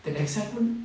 that excitement